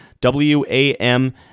W-A-M